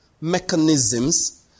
mechanisms